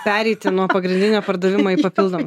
pereiti nuo pagrindinio pardavimo į papildomas